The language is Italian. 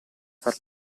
far